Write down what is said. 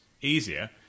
easier